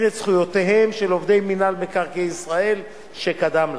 את זכויותיהם של עובדי מינהל מקרקעי ישראל שקדם לה.